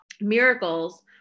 miracles